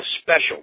special